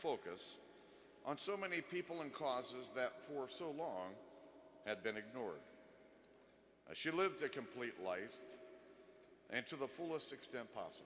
focus on so many people in causes that for so long had been ignored she lived a complete life and to the fullest extent p